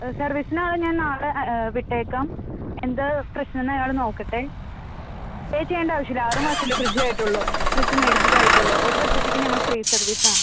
സർവീസിന് ഞാൻ നാളെ വിട്ടേക്കാം എന്താണ് പ്രശ്നം എന്ന് ഞങ്ങൾ നോക്കട്ടെ പേ ചെയ്യേണ്ട ആവശ്യമില്ല ആറ് മാസത്തിൽ ഫ്രിഡ്ജ് ആയിട്ടുള്ളൂ ഫ്രിഡ്ജ് മേടിച്ചത് ആയിട്ടുള്ളൂ ഒരു വർഷത്തേക്ക് ഞങ്ങൾ ഫ്രീ സർവീസ് ആണ്